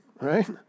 Right